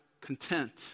content